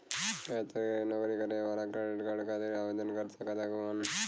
गैर सरकारी नौकरी करें वाला क्रेडिट कार्ड खातिर आवेदन कर सकत हवन?